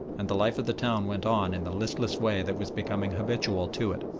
and the life of the town went on in the listless way that was becoming habitual to it.